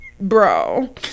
bro